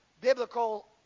biblical